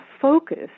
focus